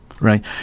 Right